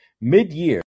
Mid-year